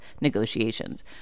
negotiations